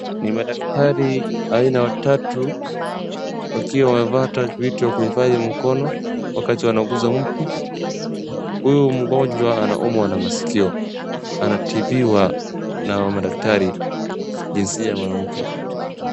Ni madaktari aina watatu wakiwa wamevaa vitu ya kuhifadhi mkono wakati wanauguza mtu. Huyu mgonjwa anaumwa na masikio. Aanatibiwa na madaktari jinsia ya mwanamke,